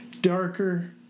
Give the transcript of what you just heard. darker